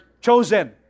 chosen